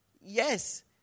Yes